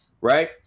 right